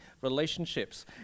relationships